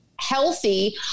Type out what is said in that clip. healthy